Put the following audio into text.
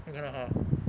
它根根好